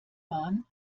bahn